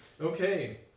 Okay